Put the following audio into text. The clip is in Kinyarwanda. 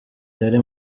yari